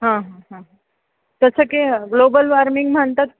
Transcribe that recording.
हां हां हां तसं की ग्लोबल वॉर्मिंग म्हणतात